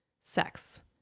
sex